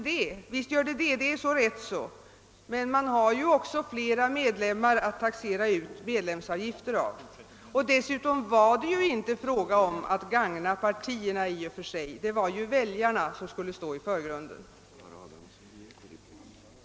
Det är så rätt så! Men man har också fler medlemmar att taxera ut avgifter från. Dessutom var det ju inte fråga om att gagna partierna i och för sig — det var väljarna som skulle stå i förgrunden.